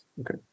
Okay